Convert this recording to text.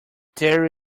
there